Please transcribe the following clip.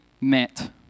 met